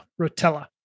Rotella